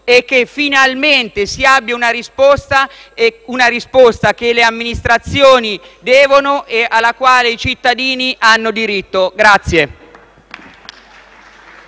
e che finalmente si abbia una risposta, una risposta che le amministrazioni devono e alla quale i cittadini hanno diritto.